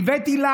והבאתי לה